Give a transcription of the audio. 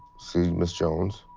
see ms. jones.